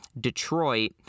Detroit